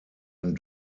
ein